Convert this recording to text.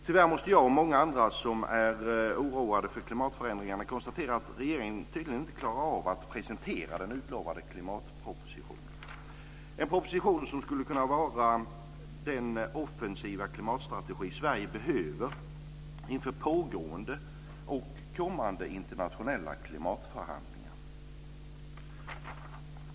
Tyvärr måste jag och många andra som är oroade över klimatförändringarna konstatera att regeringen tydligen inte klarar av att presentera den utlovade klimatpropositionen - en proposition som skulle kunna beskriva den offensiva klimatstrategi Sverige behöver inför pågående och kommande internationella klimatförhandlingar.